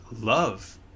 love